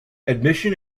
admission